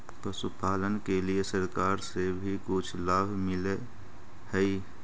पशुपालन के लिए सरकार से भी कुछ लाभ मिलै हई?